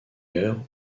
heure